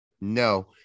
No